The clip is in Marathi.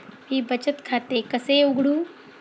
मी बचत खाते कसे उघडू?